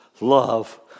love